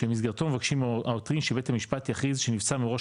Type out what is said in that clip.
שבמסגרתו מבקשים העותרים שבית המשפט יכריז שנבצר מראש